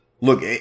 look